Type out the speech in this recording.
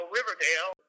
Riverdale